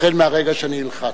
החל מהרגע שאני אלחץ.